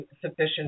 sufficient